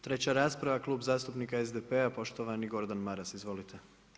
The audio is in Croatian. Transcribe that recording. Treća rasprava, Klub zastupnika SDP-a poštovani Gordan Maras, izvolite.